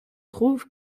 trouve